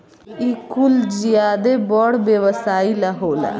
इ कुल ज्यादे बड़ व्यवसाई ला होला